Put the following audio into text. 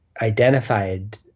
identified